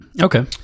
okay